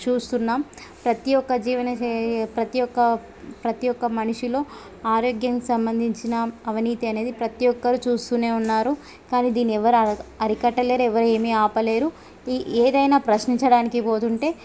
చూస్తున్నాం ప్రతీ ఒక్క జీవన శైలి ప్రతి ఒక్క ప్రతీ ఒక్క మనిషిలో ఆరోగ్యంకి సంబంధించిన అవినీతి అనేది ప్రతీ ఒక్కరు చూస్తూనే ఉన్నారు కానీ దీన్ని ఎవరు అర అరికట్టలేరు ఏమీ ఆపలేరు ఈ ఏదైనా ప్రశ్నించడానికి పోతుంటే